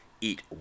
eat